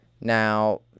Now